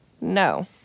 No